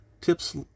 tips